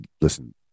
listen